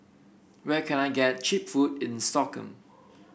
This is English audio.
where can I get cheap food in Stockholm